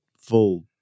full